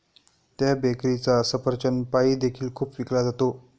त्या बेकरीचा सफरचंद पाई देखील खूप विकला जातो